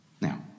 Now